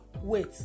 Wait